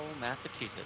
Massachusetts